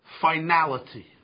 finality